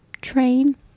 train